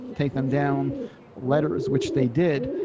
take them down letters which they did.